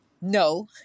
no